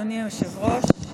אדוני היושב-ראש,